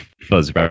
fuzz